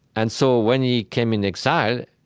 and so when he came in exile,